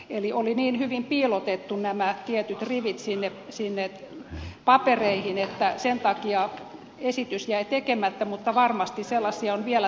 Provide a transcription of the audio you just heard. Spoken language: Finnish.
eli oli niin hyvin piilotettu nämä tietyt rivit sinne papereihin että sen takia esitys jäi tekemättä mutta varmasti sellaisia on vielä tulossa